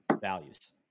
values